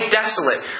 desolate